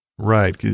Right